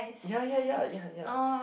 ya ya ya ya ya